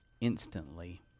instantly